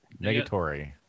Negatory